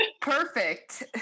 Perfect